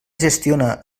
gestiona